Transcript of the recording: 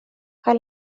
kaj